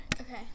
Okay